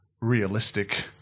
realistic